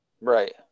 right